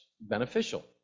beneficial